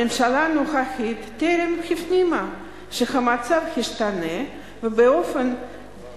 הממשלה הנוכחית טרם הפנימה שהמצב השתנה באופן